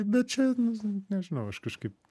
bet čia nu nežinau aš kažkaip